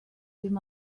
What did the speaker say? dim